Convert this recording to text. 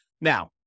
Now